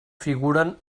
figuren